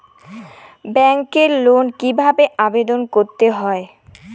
ব্যাংকে লোন কিভাবে আবেদন করতে হয়?